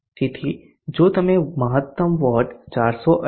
તેથી જો તમે મહત્તમ વોટ 418